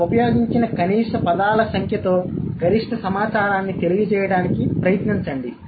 మీరు ఉపయోగించిన కనీస పదాల సంఖ్యతో గరిష్ట సమాచారాన్ని తెలియజేయడానికి ప్రయత్నించండి